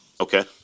Okay